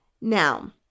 Now